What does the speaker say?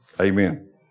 Amen